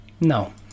No